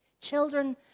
Children